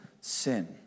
sin